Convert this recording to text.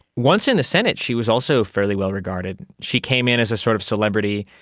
once in the senate she was also fairly well regarded. she came in as a sort of celebrity,